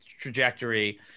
trajectory